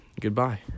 goodbye